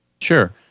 Sure